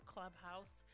Clubhouse